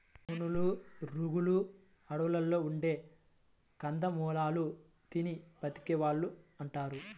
మునులు, రుషులు అడువుల్లో ఉండే కందమూలాలు తిని బతికే వాళ్ళు అంటుంటారు